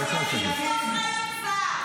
קחו אחריות כבר.